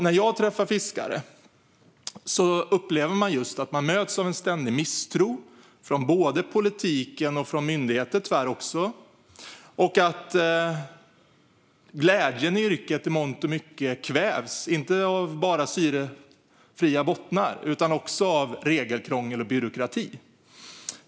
När jag träffar fiskare får jag höra att de upplever att de möts just av ständig misstro, från politiken och tyvärr också från myndigheter. Glädjen i yrket kvävs i mångt och mycket, inte bara av syrefria bottnar utan också av regelkrångel och byråkrati.